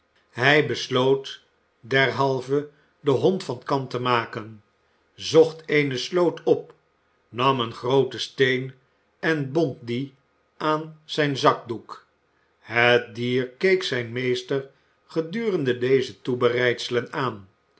hij besloot derhalve den hond van kant te maken zocht eene sloot op nam een grooten steen en bond dien aan zijn zakdoek het dier keek zijn meester gedurende deze toebereidselen aan